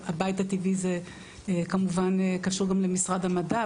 הבית הטבעי זה כמובן קשור גם למשרד המדע,